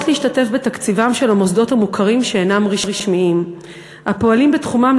להשתתף בתקציבם של המוסדות המוכרים שאינם רשמיים הפועלים בתחומן,